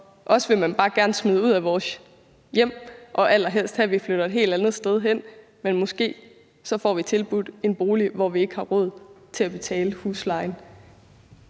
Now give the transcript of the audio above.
Os vil man bare gerne smide ud af vores hjem, og allerhelst vil man have, at vi flytter et helt andet sted hen. Men måske får vi tilbudt en bolig, hvor vi ikke har råd til at betale huslejen.